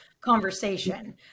conversation